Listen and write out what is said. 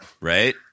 Right